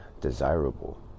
desirable